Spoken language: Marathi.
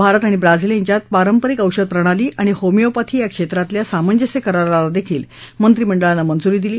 भारत आणि ब्राझील यांच्यात पारंपरिक ओषध प्रणाली आणि होमिओपॅथी या क्षेत्रातल्या सामंजस्य कराराला मंत्रिमंडळानं मंजुरी दिली